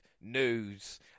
news